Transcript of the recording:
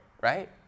Right